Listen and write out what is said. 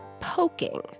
poking